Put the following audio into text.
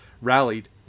rallied